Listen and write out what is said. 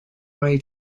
way